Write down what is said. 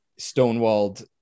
stonewalled